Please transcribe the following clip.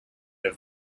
have